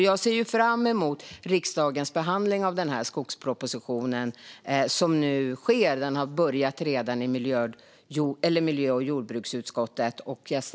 Jag ser fram emot riksdagens behandling av skogspropositionen, som nu sker. Den har redan börjat i miljö och jordbruksutskottet.